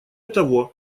того